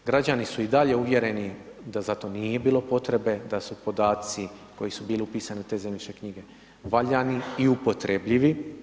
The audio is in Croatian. Građani su i dalje uvjereni, da za to, nije bilo potrebe, da su podaci, koji su bili upisani u te zemljišne knjige, valjani i upotrebljivi.